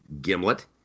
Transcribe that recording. Gimlet